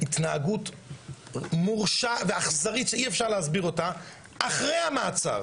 התנהגות מרושעת ואכזרית שאי אפשר להסביר אותה אחרי המעצר.